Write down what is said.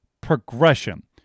progression